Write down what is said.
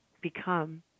become